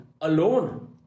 Alone